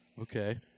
Okay